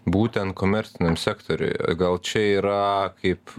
būtent komerciniam sektoriuj gal čia yra kaip